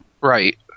Right